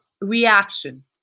reaction